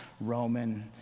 Roman